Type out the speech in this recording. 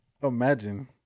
Imagine